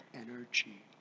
energy